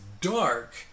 dark